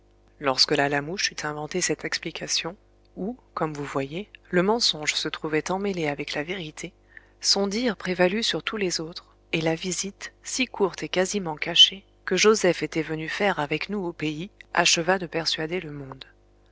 lorsque la lamouche eût inventé cette explication où comme vous voyez le mensonge se trouvait emmêlé avec la vérité son dire prévalut sur tous les autres et la visite si courte et quasiment cachée que joseph était venu faire avec nous au pays acheva de persuader le monde